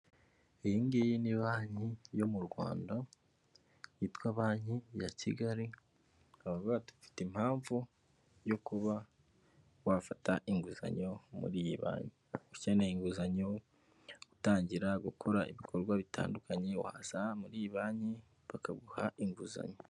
Iyi ngiyi ni banki yo mu Rwanda yitwa banki ya Kigali, baravuga ngo dufite impamvu yo kuba wafata inguzanyo muri iyi banki, ukeneye inguzanyo yo gutangira gukora ibikorwa bitandukanye, waza muri iyi banki bakaguha inguzanyo.